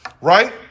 right